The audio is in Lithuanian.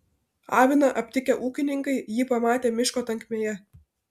aviną aptikę ūkininkai jį pamatė miško tankmėje